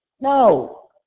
no